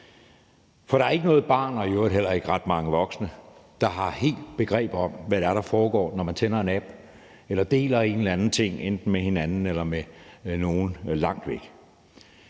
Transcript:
For der er ikke noget barn og i øvrigt heller ikke ret mange voksne, der helt har begreb om, hvad det er, der foregår, når man tænder en app eller deler en eller anden ting, enten med hinanden eller med nogle, der er langt væk.